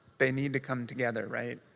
they need to come together, right?